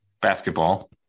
basketball